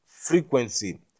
frequency